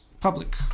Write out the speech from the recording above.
public